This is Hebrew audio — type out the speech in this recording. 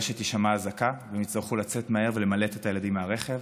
שתישמע אזעקה והם יצטרכו לצאת מהר ולמלט את הילדים מהרכב.